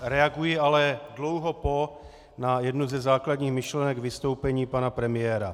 Reaguji ale dlouho po na jednu ze základních myšlenek vystoupení pana premiéra.